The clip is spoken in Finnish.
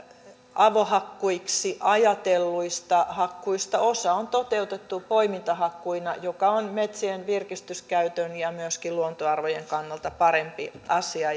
avohakkuiksi ajatelluista hakkuista osa on toteutettu poimintahakkuina mikä on metsien virkistyskäytön ja myöskin luontoarvojen kannalta parempi asia